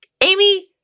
Amy